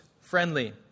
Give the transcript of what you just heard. friendly